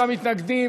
נמנעים.